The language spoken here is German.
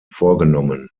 vorgenommen